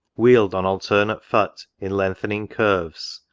vheel'd on alternate foot in lengthening curves,